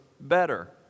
better